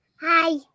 Hi